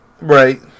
Right